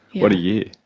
what a year!